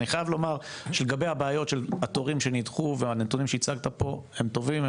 הבעיה לגבי התורים שנדחו והנתונים שהצגת פה הם טובים,